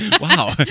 wow